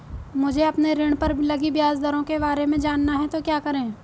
मुझे अपने ऋण पर लगी ब्याज दरों के बारे में जानना है तो क्या करें?